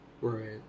Right